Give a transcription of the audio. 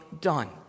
done